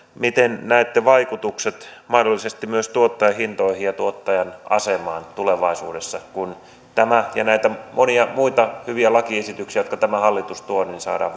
miten näette vaikutukset mahdollisesti myös tuottajahintoihin ja tuottajan asemaan tulevaisuudessa kun tämä ja näitä monia muita hyviä lakiesityksiä joita tämä hallitus tuo saadaan